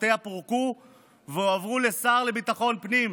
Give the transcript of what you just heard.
כוחותיה פורקו והועברו לשר לביטחון הפנים